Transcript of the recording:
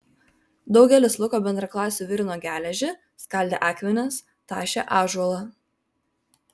daugelis luko bendraklasių virino geležį skaldė akmenis tašė ąžuolą